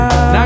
Now